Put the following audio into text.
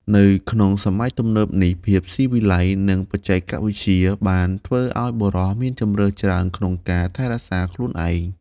នៅក្នុងសម័យទំនើបនេះ ភាពស៊ីវិល័យ និងបច្ចេកវិទ្យាបានធ្វើឲ្យបុរសមានជម្រើសច្រើនក្នុងការថែរក្សាខ្លួនឯង។